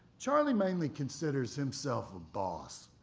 charlie mainly considers himself a boss.